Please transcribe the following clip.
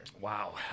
Wow